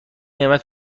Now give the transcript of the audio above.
قیمت